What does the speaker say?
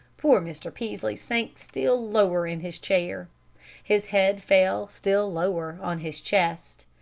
poor mr. peaslee sank still lower in his chair his head fell still lower on his chest.